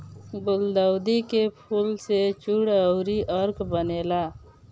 गुलदाउदी के फूल से चूर्ण अउरी अर्क बनेला